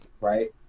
right